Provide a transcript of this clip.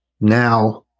now